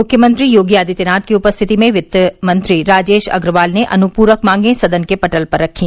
मुख्यमंत्री योगी आदित्यनाथ की उपस्थिति में वित्त मंत्री राजेश अग्रवाल ने अनुपूरक मांगे सदन के पटल पर रखी